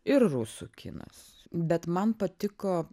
ir rusų kinas bet man patiko